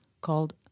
called